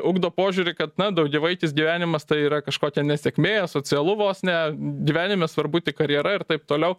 ugdo požiūrį kad na daugiavaikis gyvenimas tai yra kažkokia nesėkmė asocialu vos ne gyvenime svarbu tik karjera ir taip toliau